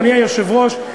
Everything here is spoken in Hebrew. אדוני היושב-ראש,